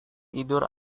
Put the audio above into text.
tidur